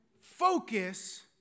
Focus